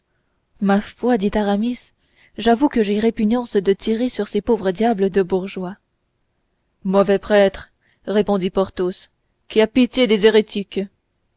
ma foi dit aramis j'avoue que j'ai répugnance à tirer sur ces pauvres diables de bourgeois mauvais prêtre répondit porthos qui a pitié des hérétiques